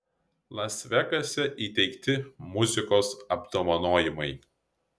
las vegase įteikti muzikos apdovanojimai